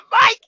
Mike